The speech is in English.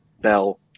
Bell